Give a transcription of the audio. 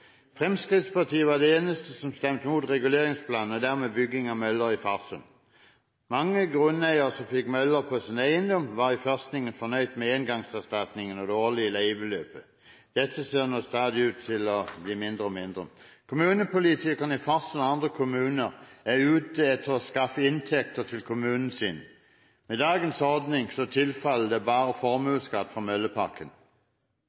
Fremskrittspartiet var de eneste som stemte imot reguleringsplanen og dermed bygging av møller i Farsund. Mange grunneiere som fikk møller på sin eiendom, var i førstningen fornøyd med engangserstatningen og det årlige leiebeløpet. Dette ser nå ut til å bli stadig mindre. Kommunepolitikerne i Farsund og andre kommuner er ute etter å skaffe inntekter til kommunen sin. Med dagens ordning tilfaller det